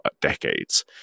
decades